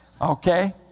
Okay